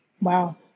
wow